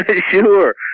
sure